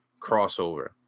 crossover